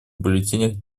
бюллетенях